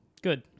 Good